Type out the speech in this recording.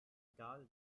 egal